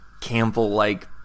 Campbell-like